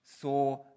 saw